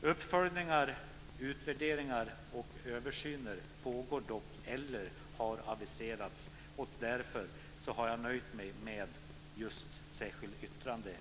Uppföljningar, utvärderingar och översyner pågår dock eller har aviserats. Därför har jag i nuläget nöjt mig med just särskilda yttranden.